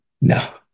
No